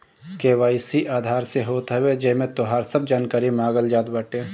KYC Aadhaar से होत हवे जेमे तोहार सब जानकारी मांगल जात बाटे